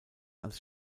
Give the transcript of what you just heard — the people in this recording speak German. als